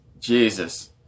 Jesus